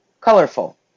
colorful